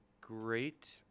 great